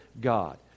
God